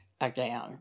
again